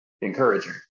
encouraging